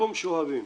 מקום שאוהבים.